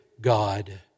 God